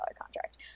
contract